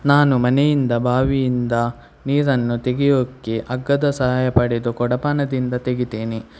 ನಾನು ಮನೆಯಿಂದ ಬಾವಿಯಿಂದ ನೀರನ್ನು ತೆಗೆಯೋಕ್ಕೆ ಹಗ್ಗದ ಸಹಾಯ ಪಡೆದು ಕೊಡಪಾನದಿಂದ ತೆಗೀತೇನೆ